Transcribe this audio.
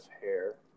hair